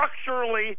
structurally